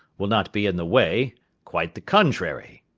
will not be in the way quite the contrary.